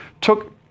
took